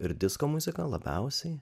ir disko muzika labiausiai